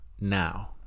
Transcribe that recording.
now